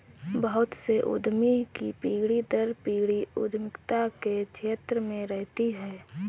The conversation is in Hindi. बहुत से उद्यमी की पीढ़ी दर पीढ़ी उद्यमिता के क्षेत्र में रहती है